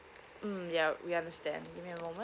mm yup we understand give me a moment